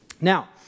Now